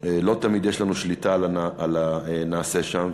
לא תמיד יש לנו שליטה על הנעשה שם,